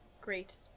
Great